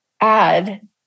add